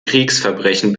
kriegsverbrechen